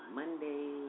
monday